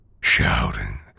shouting